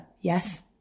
yes